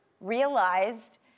realized